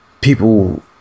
people